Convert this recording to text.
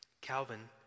Calvin